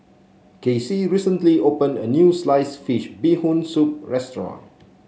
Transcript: Casie recently opened a new Sliced Fish Bee Hoon Soup restaurant